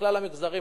לכלל המגזרים,